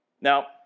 Now